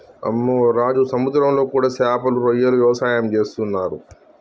అమ్మె రాజు సముద్రంలో కూడా సేపలు రొయ్యల వ్యవసాయం సేసేస్తున్నరు